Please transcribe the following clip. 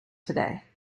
today